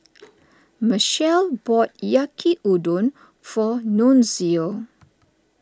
Michelle bought Yaki Udon for Nunzio